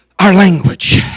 language